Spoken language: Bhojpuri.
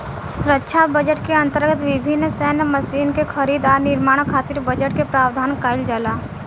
रक्षा बजट के अंतर्गत विभिन्न सैन्य मशीन के खरीद आ निर्माण खातिर बजट के प्रावधान काईल जाला